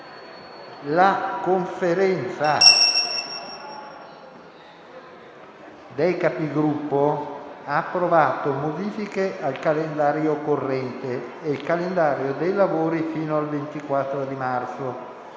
La Conferenza dei Capigruppo ha approvato modifiche al calendario corrente e il calendario dei lavori fino al 24 marzo.